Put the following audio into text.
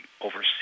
oversee